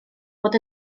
bod